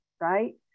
right